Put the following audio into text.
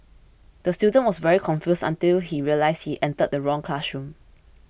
the student was very confused until he realised he entered the wrong classroom